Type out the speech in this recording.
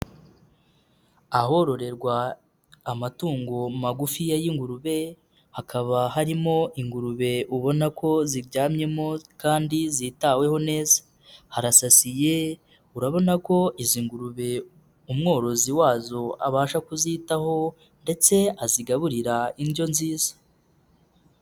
Ahororerwa amatungo magufiya y'ingurube, hakaba harimo ingurube ubona ko ziryamyemo kandi zitaweho neza. Harasasiye, urabona ko izi ngurube umworozi wazo abasha kuzitaho ndetse azigaburira indyo nziza.